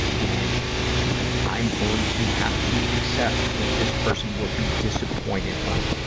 and i'm going to have to accept that this person will be disappointed but